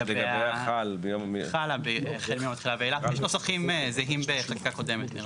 יש נוסחים זהים בחקיקה קודמת.